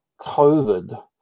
COVID